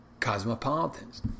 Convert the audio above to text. Cosmopolitans